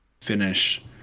finish